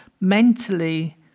mentally